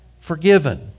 forgiven